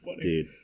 Dude